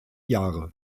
jahre